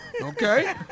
okay